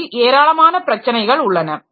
அதில் ஏராளமான பிரச்சனைகள் உள்ளன